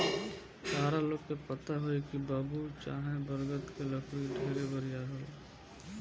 ताहरा लोग के पता होई की बबूल चाहे बरगद के लकड़ी ढेरे बरियार होला